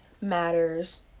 matters